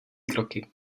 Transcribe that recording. kroky